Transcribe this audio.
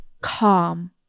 calm